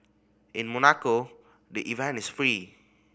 in Monaco the event is free